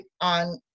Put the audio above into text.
on